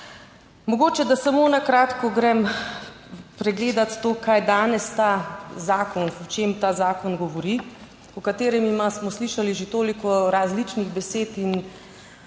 Mogoče, da samo na kratko grem pregledati to, kaj danes ta zakon, o čem ta zakon govori, o katerem ima, smo slišali že toliko različnih besed,